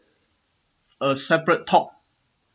a separate talk